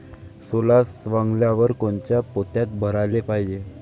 सोला सवंगल्यावर कोनच्या पोत्यात भराले पायजे?